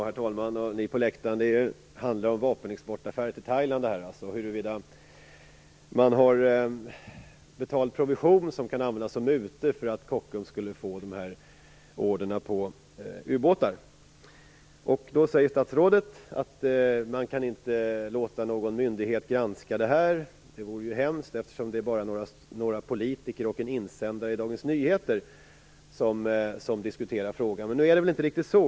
Herr talman! Ni på läktaren! Det handlar om vapenexportaffärer till Thailand och om huruvida man har betalat provision som kan användas som mutor för att Kockums skulle få dessa ubåtsorder. Statsrådet säger att man inte kan låta någon myndighet granska. Det vore hemskt, eftersom det bara är några politiker och en insändare i Dagens Nyheter som diskuterar frågan. Nu är det väl inte riktigt så.